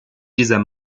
dieser